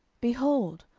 behold,